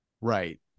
Right